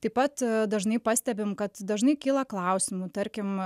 taip pat dažnai pastebim kad dažnai kyla klausimų tarkim